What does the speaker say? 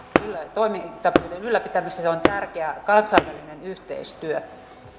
toimintakyvyn ylläpitämisessä on tärkeää kansainvälinen yhteistyö